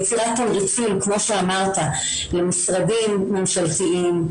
יצירת תמריצים כמו שאמרת למשרדים ממשלתיים,